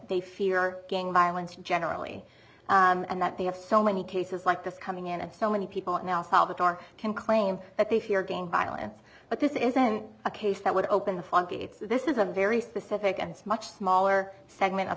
they fear gang violence generally and that they have so many cases like this coming in and so many people in el salvador can claim that they fear gang violence but this isn't a case that would open the floodgates this is a very specific and much smaller segment of